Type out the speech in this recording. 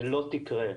לא תקרה.